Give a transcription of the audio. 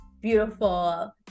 beautiful